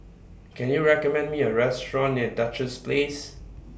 Can YOU recommend Me A Restaurant near Duchess Place